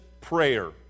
prayer